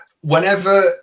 Whenever